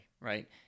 right